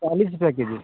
चालीस रुपये के जी